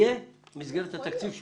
יהיה במסגרת התקציב שלך.